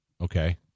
okay